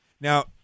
Now